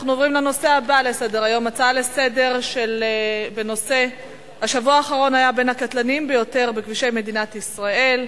אנחנו עוברים לנושא הבא בסדר-היום: שבוע קטלני בכבישי מדינת ישראל,